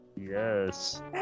Yes